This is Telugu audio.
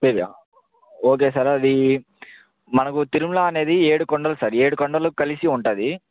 తెలీదా ఓకే సార్ అది మనకి తిరుమల అనేది ఏడు కొండలు సార్ ఏడు కొండలు కలిసి ఉంటుంది